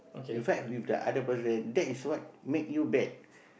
you fight with the other person that's what make you bad